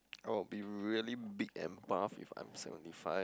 I'll be really big and buff if I'm seventy five